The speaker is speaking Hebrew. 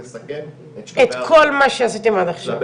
אבל כאן מוטרדים מנהריה ומהגעתון.